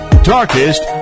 darkest